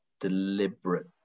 deliberate